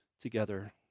together